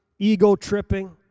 ego-tripping